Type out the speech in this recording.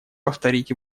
повторить